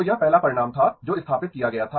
तो यह पहला परिणाम था जो स्थापित किया गया था